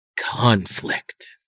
conflict